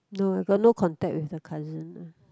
no I got no contact with the cousin